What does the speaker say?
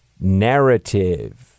narrative